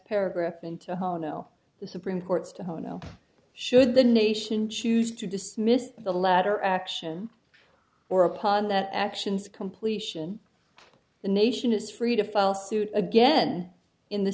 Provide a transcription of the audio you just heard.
paragraph into hall no the supreme court's to ho know should the nation choose to dismiss the latter action or upon that actions completion the nation is free to file suit again in the